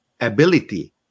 ability